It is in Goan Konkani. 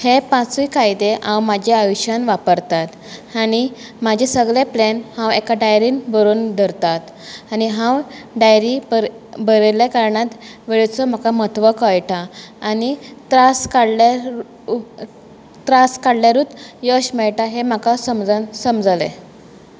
हे पांचूय कायदे हांव म्हाज्या आयुश्यान वापरतात आनी म्हाजे सगले प्लॅन हांव एका डायरीन बरोवन दरतात आनी हांव डायरी बरय बरयल्ल्या कारणांत वेळेचो म्हाका महत्व कळटा आनी त्रास काडल्यारू त्रास काडल्यारूच यश मेळटा हें म्हाका समजन समजलें